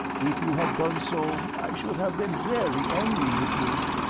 if you had done so i should have been very angry with you.